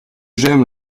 j’aime